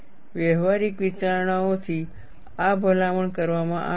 વ્યવહારિક વિચારણાઓથી આ ભલામણ કરવામાં આવે છે